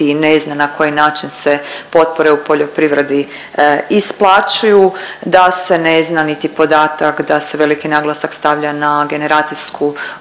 ne zna na koji način se potpore u poljoprivredi isplaćuju, da se ne zna niti podatak da se veliki naglasak stavlja na generacijsku obnovu,